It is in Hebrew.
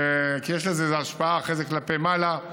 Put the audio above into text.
כי יש לזה איזו השפעה אחרי זה, כלפי מעלה.